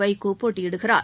வைகோ போட்டியிடுகிறார்